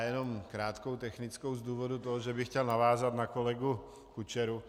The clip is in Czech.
Jen krátkou technickou z důvodu toho, že bych chtěl navázat na kolegu Kučeru.